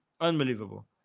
Unbelievable